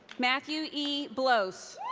matthew e. blose.